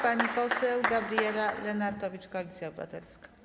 Pani poseł Gabriela Lenartowicz, Koalicja Obywatelska.